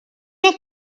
met